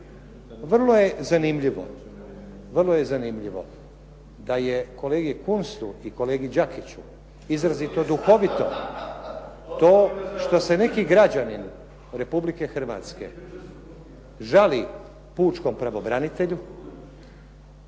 vrlo je zanimljivo da je kolegi Kunstu i kolegi Đakiću izrazito duhovito to što se neki građanin Republike Hrvatske žali pučkom pravobranitelju